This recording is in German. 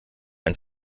ein